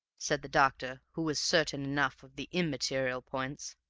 said the doctor, who was certain enough of the immaterial points.